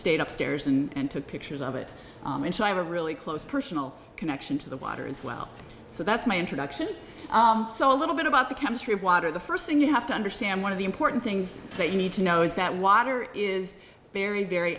stayed upstairs and took pictures of it and so i have a really close personal connection to the water as well so that's my introduction so a little bit about the chemistry of water the first thing you have to understand one of the important things that you need to know is that water is very very